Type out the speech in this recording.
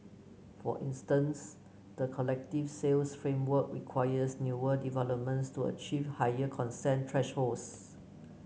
for instance the collective sales framework requires newer developments to achieve higher consent thresholds